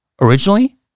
originally